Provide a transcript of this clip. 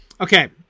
okay